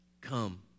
come